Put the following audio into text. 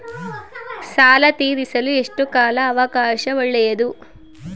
ಸಾಲ ತೇರಿಸಲು ಎಷ್ಟು ಕಾಲ ಅವಕಾಶ ಒಳ್ಳೆಯದು?